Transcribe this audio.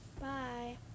bye